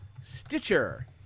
Stitcher